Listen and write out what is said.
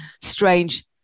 strange